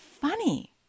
funny